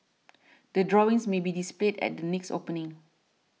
the drawings may be displayed at the next opening